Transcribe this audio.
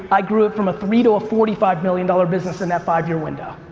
i grew it from a three to a forty five million dollars business in that five year window.